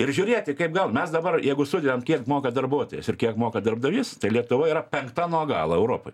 ir žiūrėti kaip gal mes dabar jeigu sudedam kiek moka darbuotojas ir kiek moka darbdavys tai lietuvoje yra penkta nuo galo europoj